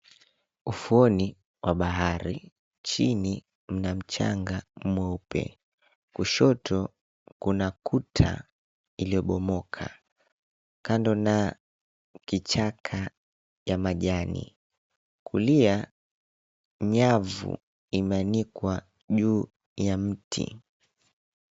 Ufuoni mwa bahari chini mna mchanga mweupe. Kushoto kuna kuta iliyobomoka kando na kichaka ya majani. Kulia, nyavu imeanikwa juu ya mti.